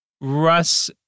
Russ